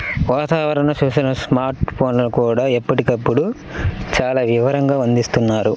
వాతావరణ సూచనలను స్మార్ట్ ఫోన్లల్లో కూడా ఎప్పటికప్పుడు చాలా వివరంగా అందిస్తున్నారు